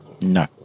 No